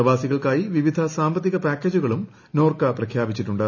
പ്രവാസികൾക്കായി വിവിധ സാമ്പത്തിക പാക്കേജുകളും നോർക്ക പ്രഖ്യാപിച്ചിട്ടുണ്ട്